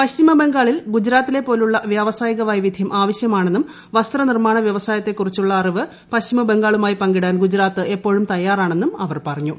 പശ്ചിമ ബംഗാളിൽ ഗുജറാത്ത് പോലുള്ള വ്യാവസ്തിയിക വൈവിധ്യം ആവശ്യമാ ണെന്നും വസ്ത്രനിർമാണ് ്വൃഷ്മായത്തെക്കുറിച്ചുള്ള അറിവ് പശ്ചിമ ബംഗാളുമായി പ്രകിടാൻ ഗുജറാത്ത് എപ്പോഴും തയ്യാറാണെന്നും അവൂർ പ്റഞ്ഞു